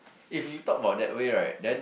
if you talk about that way right then